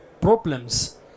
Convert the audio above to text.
problems